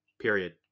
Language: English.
period